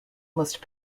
must